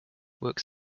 works